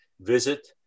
visit